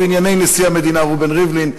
זה ענייני נשיא המדינה ראובן ריבלין,